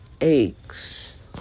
eggs